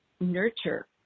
nurture